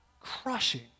crushing